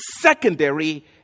secondary